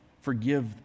forgive